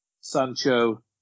Sancho